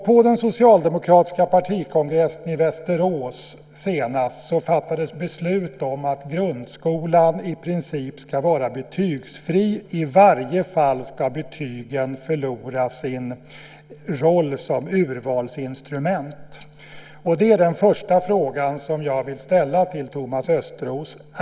På den socialdemokratiska partikongressen i Västerås senast fattades beslut om att grundskolan i princip ska vara betygsfri. I varje fall ska betygen förlora sin roll som urvalsinstrument. Det är den första frågan som jag vill ställa till Thomas Östros.